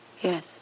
Yes